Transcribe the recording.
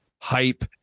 hype